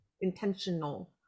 intentional